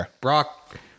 Brock